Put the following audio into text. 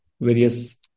various